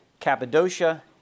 Cappadocia